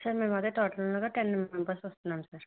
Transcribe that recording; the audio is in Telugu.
సార్ మేము అదే టోటల్గా టెన్ మెంబర్స్ వస్తున్నాం సార్